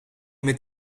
met